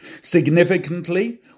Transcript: Significantly